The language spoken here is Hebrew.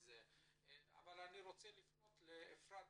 אבל אני רוצה לפנות עכשיו לאפרת